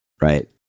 right